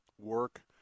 work